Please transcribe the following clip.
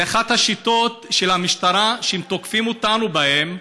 זו אחת השיטות של המשטרה, שהם תוקפים אותנו בהן.